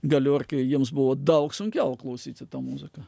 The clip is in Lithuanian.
galiorkėj jiems buvo daug sunkiau klausyti tą muziką